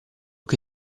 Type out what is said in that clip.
che